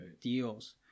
deals